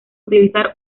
utilizar